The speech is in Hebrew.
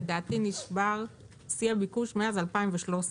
לדעתי נשבר שיא הביקוש מאז 2013,